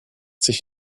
sich